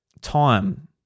time